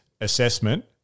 assessment